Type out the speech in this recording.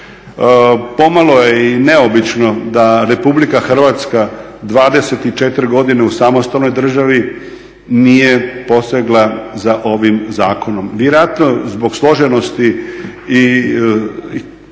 Pomalo je i neobično da RH 24 godine u samostalnoj državi nije posegla za ovim zakonom, vjerojatno zbog složenosti i značaja